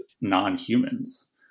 non-humans